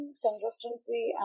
consistency